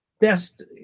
best